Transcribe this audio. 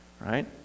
right